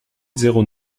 zéro